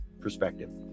perspective